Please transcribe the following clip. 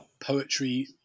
poetry